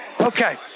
Okay